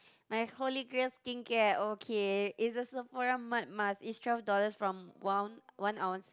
my holy grail skincare okay is a Sephora mud mask is twelve dollars from one one ounce